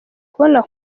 kubona